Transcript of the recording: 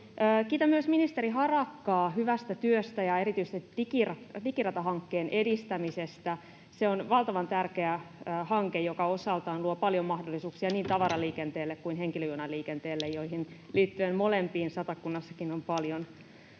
Kiitän myös ministeri Harakkaa hyvästä työstä ja erityisesti Digirata-hankkeen edistämisestä. Se on valtavan tärkeä hanke, joka osaltaan luo paljon mahdollisuuksia niin tavaraliikenteelle kuin henkilöjunaliikenteelle, joihin molempiin liittyen Satakunnassakin on paljon